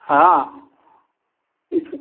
हाँ इस